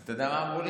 אתה יודע מה אמרו לי?